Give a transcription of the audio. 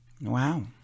Wow